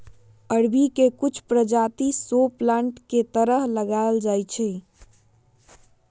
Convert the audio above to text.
अरबी के कुछ परजाति शो प्लांट के तरह लगाएल जाई छई